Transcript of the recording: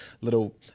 little